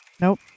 Nope